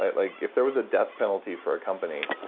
like if there was a death penalty for a company,